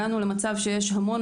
הגענו למצב שיש המון